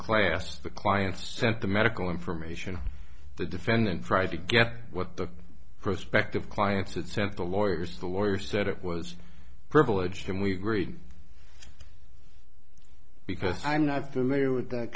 class the clients sent the medical information the defendant tried to get what the prospective clients that sent the lawyers to the lawyer said it was privileged and we greed because i'm not familiar with that